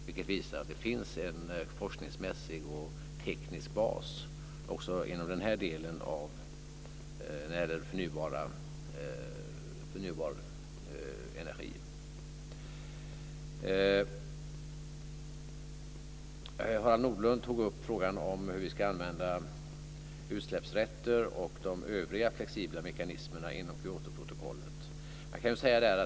Det visar att det finns en forskningsmässig och teknisk bas också inom den här delen när det gäller förnybar energi. Harald Nordlund tog upp frågan om hur vi ska använda utsläppsrätter och de övriga flexibla mekanismerna inom Kyotoprotokollet.